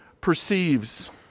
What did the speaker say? perceives